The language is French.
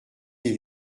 les